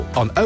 on